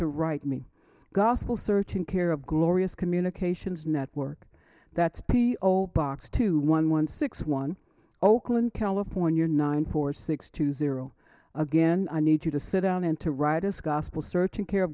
to write me gospel certain care of glorious communications network that's p old box two one one six one zero zero and california nine four six two zero again i need you to sit down and to write as gospel searching care